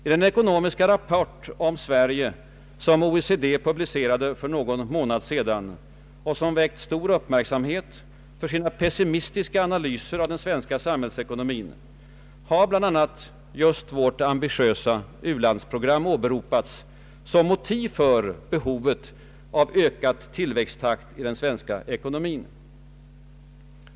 I den ekonomiska rapport om Sverige som OECD publicerade för någon månad sedan och som väckt stor uppmärksamhet för sina pessimistiska analyser av den svenska samhällsekonomin, har bl.a. just vårt ambitiösa u-landsprogram åberopats som motiv för behovet av ökad tillväxttakt i den svenska ekonomin.